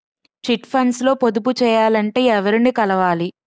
Chit funds లో పొదుపు చేయాలంటే ఎవరిని కలవాలి?